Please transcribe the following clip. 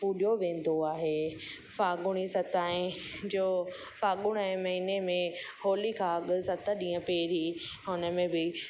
पूॼियो वेंदो आहे फागुड़ी सतहि जो फागुड़ जे महिने में होलिका अॻु सत ॾींहं पहिरीं हुन में बि